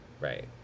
Right